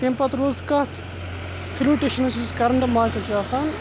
تیٚمہِ پَتہٕ روٗز کَتھ روٗٹیشَن ٲسۍ أسۍ کَرَان تہٕ مارکیٹ چھِ آسان